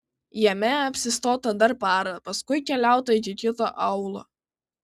jame apsistota dar parą paskui keliauta iki kito aūlo